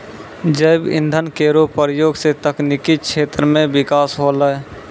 जैव इंधन केरो प्रयोग सँ तकनीकी क्षेत्र म बिकास होलै